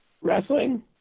Wrestling